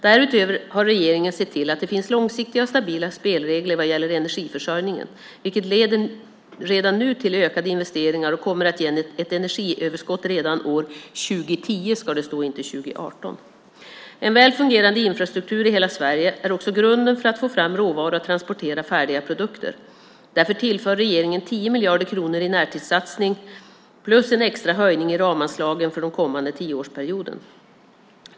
Därutöver har regeringen sett till att det finns långsiktiga och stabila spelregler vad gäller energiförsörjningen, vilket redan nu leder till ökade investeringar och kommer att ge ett energiöverskott redan år 2010. En väl fungerande infrastruktur i hela Sverige är också grunden för att få fram råvara och transportera färdiga produkter. Därför tillför regeringen 10 miljarder kronor i närtidssatsningar plus en extra höjning i ramanslagen för den kommande tioårsperioden.